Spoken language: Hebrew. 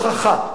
הוא הוכחה.